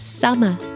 summer